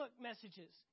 messages